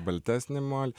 baltesnį molį